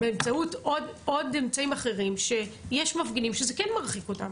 באמצעות אמצעים אחרים שיש מפגינים שזה כן מרחיק אותם.